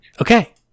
Okay